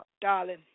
darling